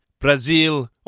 brazil